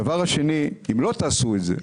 הדבר השני אם לא תעשו את זה,